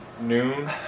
noon